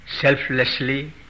selflessly